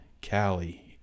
Cali